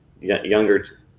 younger